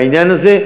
בעניין הזה,